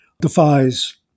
defies